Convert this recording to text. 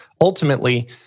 Ultimately